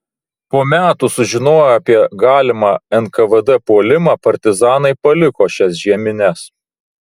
po metų sužinoję apie galimą nkvd puolimą partizanai paliko šias žiemines